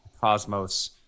Cosmos